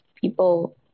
people